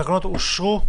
הצבעה אושרו.